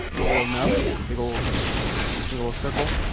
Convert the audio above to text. no real nub. just a big old big old circle.